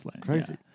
Crazy